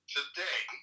Today